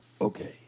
Okay